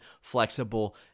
flexible